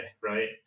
Right